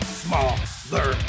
smaller